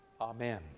Amen